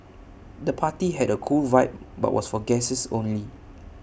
the party had A cool vibe but was for guests only